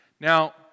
Now